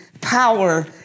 power